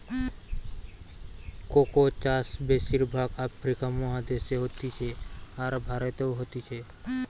cocoa চাষ বেশির ভাগ আফ্রিকা মহাদেশে হতিছে, আর ভারতেও হতিছে